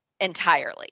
entirely